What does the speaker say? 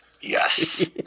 Yes